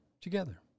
together